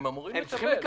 הם אמורים לקבל.